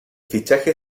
fichaje